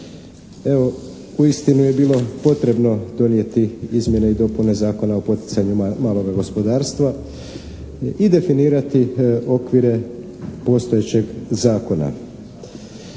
Evo uistinu je bilo potrebno donijeti izmjene i dopune Zakona o poticanju maloga gospodarstva i definirati okvire postojećeg zakona.